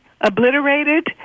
obliterated